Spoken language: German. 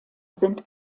sind